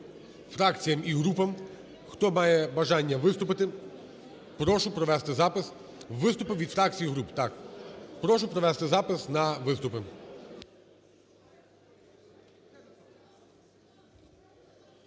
фракціям і груп. Хто має бажання виступити, прошу провести запис. Виступи від фракцій і груп, так. Прошу провести запис на виступи.